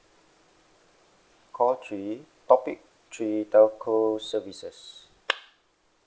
call three topic three telco services